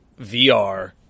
VR